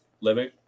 living